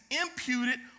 imputed